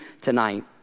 tonight